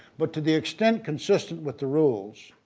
but to the extent consistent with the rules